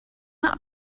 not